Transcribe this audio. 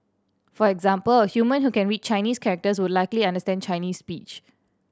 for example a human who can read Chinese characters would likely understand Chinese speech